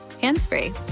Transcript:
hands-free